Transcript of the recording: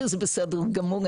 שזה בסדר גמור.